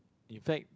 in fact